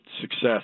success